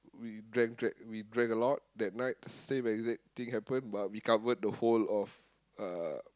we drank drank we drank a lot that night same exact thing happened but we covered the whole of uh